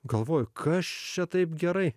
galvoju kas čia taip gerai